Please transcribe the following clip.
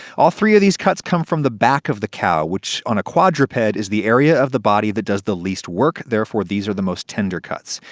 all three of these cuts come from the back of the cow, which on a quadruped is the area of the body that does the least work, therefore these are the most tender cuts.